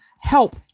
help